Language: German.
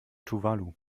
tuvalu